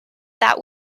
that